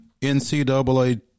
NCAA